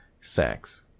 sex